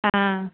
ஆ